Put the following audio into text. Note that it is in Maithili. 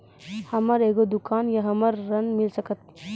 हमर एगो दुकान या हमरा ऋण मिल सकत?